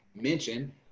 mention